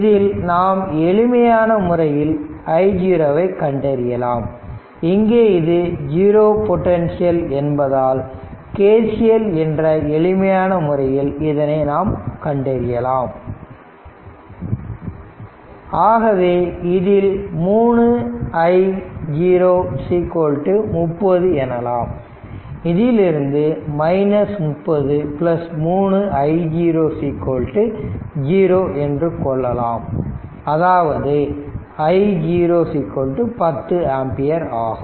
இதில் நாம் எளிமையான முறையில் i0 ஐ கண்டறியலாம் இங்கே இது ஜீரோ பொட்டன்ஷியல் என்பதால் KCL என்ற எளிமையான முறையில் இதனை நாம் கண்டறியலாம் ஆகவே இதில் 3 i0 30 எனலாம் இதிலிருந்து 30 3 i0 0 என்று கொள்ளலாம் அதாவது i0 10 ஆம்பியர் ஆகும்